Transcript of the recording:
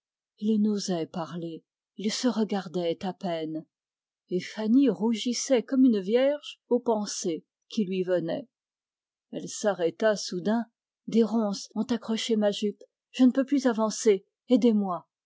ils n'osaient parler ils se regardaient à peine et fanny rougissait comme une vierge aux pensées qui lui venaient elle s'arrêta des ronces ont accroché ma jupe je ne peux plus avancer aidez-moi